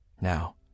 Now